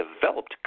developed